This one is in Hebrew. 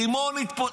רימון התפוצץ.